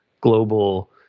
global